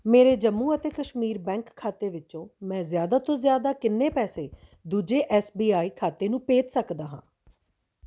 ਮੇਰੇ ਜੰਮੂ ਅਤੇ ਕਸ਼ਮੀਰ ਬੈਂਕ ਖਾਤੇ ਵਿੱਚੋਂ ਮੈਂ ਜ਼ਿਆਦਾ ਤੋਂ ਜ਼ਿਆਦਾ ਕਿੰਨੇ ਪੈਸੇ ਦੂਜੇ ਐਸ ਬੀ ਆਈ ਖਾਤੇ ਨੂੰ ਭੇਜ ਸਕਦਾ ਹਾਂ